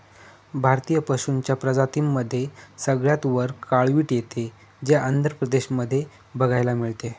भारतीय पशूंच्या प्रजातींमध्ये सगळ्यात वर काळवीट येते, जे आंध्र प्रदेश मध्ये बघायला मिळते